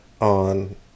on